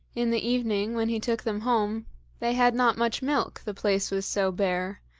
in the evening when he took them home they had not much milk, the place was so bare,